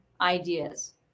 ideas